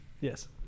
Yes